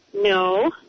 No